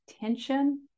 tension